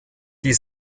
die